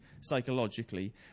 psychologically